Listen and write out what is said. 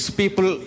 people